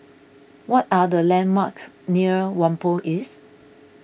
what are the landmarks near Whampoa East